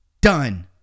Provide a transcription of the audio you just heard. Done